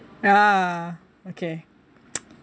ya okay